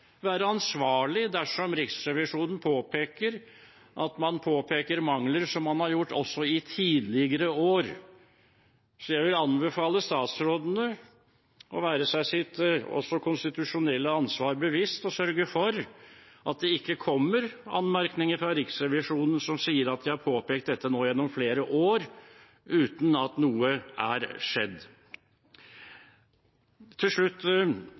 være ansvarlig dersom Riksrevisjonen påpeker at man påpeker mangler som man har gjort også i tidligere år. Så jeg vil anbefale statsrådene å være seg sitt konstitusjonelle ansvar bevisst og sørge for at det ikke kommer anmerkninger fra Riksrevisjonen som sier at de har påpekt dette gjennom flere år uten at noe er skjedd. Til slutt